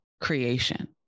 creation